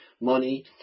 money